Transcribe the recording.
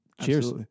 Cheers